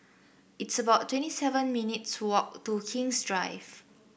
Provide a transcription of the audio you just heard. it's about twenty seven minutes' walk to King's Drive